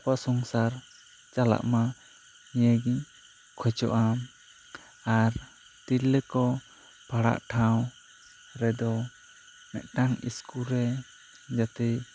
ᱠᱚ ᱥᱚᱝᱥᱟᱨ ᱪᱟᱞᱟᱜ ᱢᱟ ᱱᱤᱭᱟᱹ ᱜᱤᱧ ᱠᱷᱚᱡᱚᱜᱼᱟ ᱟᱨ ᱛᱤᱨᱞᱟᱹ ᱠᱚ ᱯᱟᱲᱦᱟᱜ ᱴᱷᱟᱶ ᱨᱮᱫᱚ ᱢᱤᱫᱴᱟᱝ ᱥᱠᱩᱞ ᱨᱮ ᱡᱟᱛᱮ